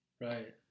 right